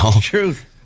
truth